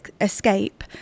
escape